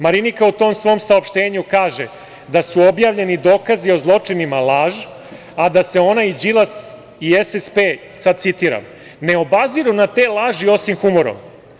Marinika u tom svom saopštenju kaže da su objavljeni dokazi o zločinama laž, a da se ona i Đilas i SSP, citiram: "Ne obaziru na te laži, osim humorom"